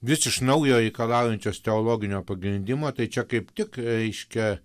vis iš naujo reikalaujančios teologinio pagrindimo tai čia kaip tik reiškia